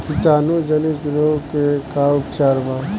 कीटाणु जनित रोग के का उपचार बा?